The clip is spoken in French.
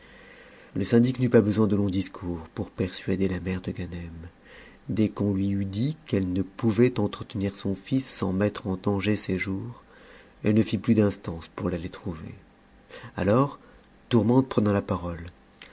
le syndic n'eut pas besoin de longs discours pour persuader la mère de ganem dès qu'on lui dit qu'elle ne pouvait entretenir son fils sans mettre en danger ses jours elle ne fit plus d'instances pour l'aller trouver alors tourmente prenant la parole